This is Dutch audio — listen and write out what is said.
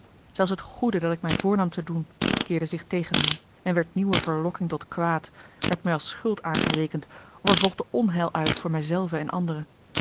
zelfs het goede dat ik mij voornam te doen keerde zich tegen mij en werd nieuwe verlokking tot kwaad werd mij als schuld aangerekend of er volgde onheil uit voor mij zelven en anderen